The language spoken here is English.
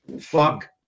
fuck